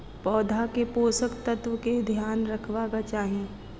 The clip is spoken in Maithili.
पौधा के पोषक तत्व के ध्यान रखवाक चाही